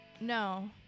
No